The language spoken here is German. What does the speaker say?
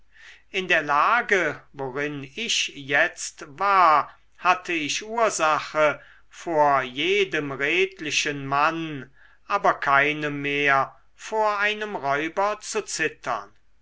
in der lage worin ich jetzt war hatte ich ursache vor jedem redlichen mann aber keine mehr vor einem räuber zu zittern